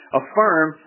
affirm